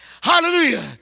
Hallelujah